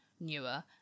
newer